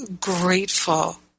grateful